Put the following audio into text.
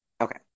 Okay